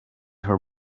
her